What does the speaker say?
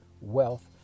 wealth